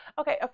Okay